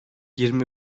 yirmi